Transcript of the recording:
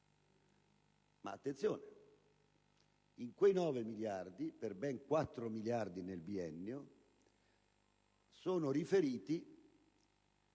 Attenzione, però: quei 9 miliardi, per ben 4 miliardi nel biennio, sono riferiti